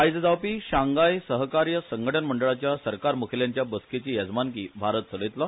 आयज जावपी शांघाय सहकार्य संघटन मंडळाच्या सरकार मुखेल्यांच्या बसकेची येजमानकी भारत चलयतलो